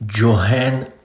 Johann